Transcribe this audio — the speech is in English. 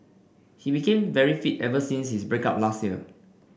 he became very fit ever since his break up last year